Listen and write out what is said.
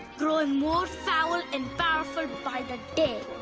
growing more foul and powerful by the day.